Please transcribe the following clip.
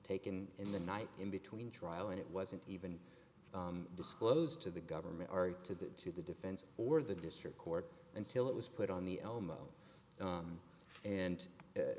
taken in the night in between trial and it wasn't even disclosed to the government or to the to the defense or the district court until it was put on the elmo and